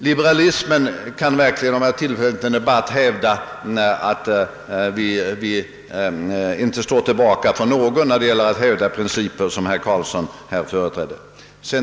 Liberalismen står inte tillbaka för någon när det gäller att hävda de principer som herr Carlsson angav.